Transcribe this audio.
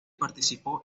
participó